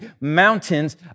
mountains